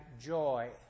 joy